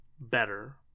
better